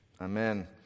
Amen